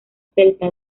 celta